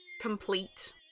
complete